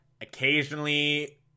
occasionally